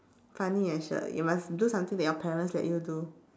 funny eh shir you must do some thing that your parents let you do